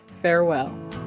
farewell